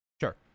Sure